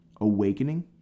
awakening